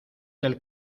del